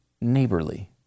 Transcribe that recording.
neighborly